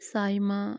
Saima